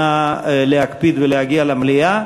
נא להקפיד ולהגיע למליאה.